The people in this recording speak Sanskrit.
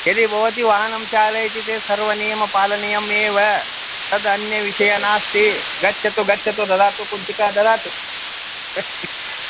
यदि भवती वाहनं चालयति चेत् सर्वं नियमं पालनीयम् एव तद् अन्यं विषयं नास्ति गच्छतु गच्छतु ददातु कुञ्चिकां ददातु